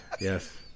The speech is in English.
Yes